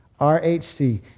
RHC